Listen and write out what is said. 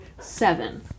seven